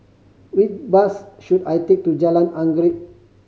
which bus should I take to Jalan Anggerek